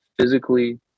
physically